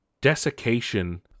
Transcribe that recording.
desiccation